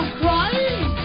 crying